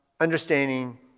Understanding